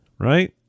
Right